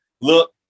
look